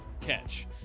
Catch